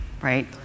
right